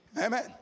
Amen